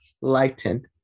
lightened